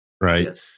right